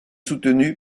soutenu